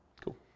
Cool